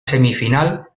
semifinal